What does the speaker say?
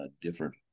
different